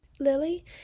Lily